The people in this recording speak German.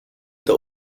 der